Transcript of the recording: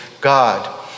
God